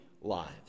lives